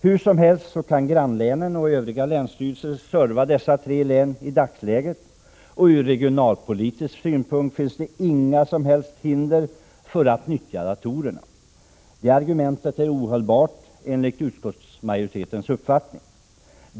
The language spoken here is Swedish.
Hur som helst kan grannlänen och övriga länsstyrelser serva de tre aktuella länen i dagsläget. Det finns alltså inga hinder för att nyttja datorerna. Argumentet att regionalpolitiska skäl skulle tala för en satsning på nya datorer är därför ohållbart enligt utskottsmajoritetens uppfattning.